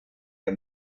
der